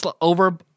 over